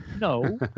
No